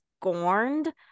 scorned